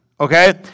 Okay